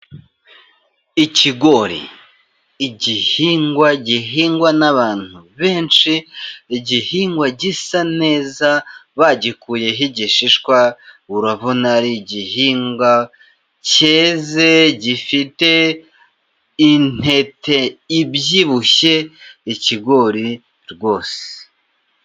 Ikigori, igihingwa gihingwa nabantu benshi, igihingwa gisa neza bagikuyeho igishishwa, urabona ari igihingwa cyeze gifite intete ibyibushye ikigori rwose.